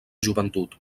joventut